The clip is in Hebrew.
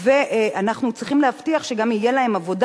ואנחנו צריכים להבטיח שגם תהיה להם עבודה.